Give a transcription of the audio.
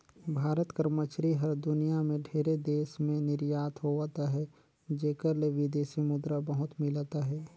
भारत कर मछरी हर दुनियां में ढेरे देस में निरयात होवत अहे जेकर ले बिदेसी मुद्रा बहुत मिलत अहे